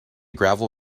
gravel